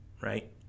right